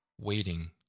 waiting